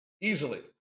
Easily